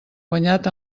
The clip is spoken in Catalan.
guanyat